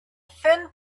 thin